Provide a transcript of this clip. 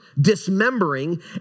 dismembering